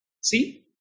See